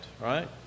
Right